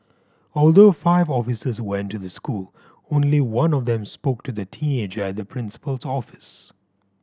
although five officers went to the school only one of them spoke to the teenager at the principal's office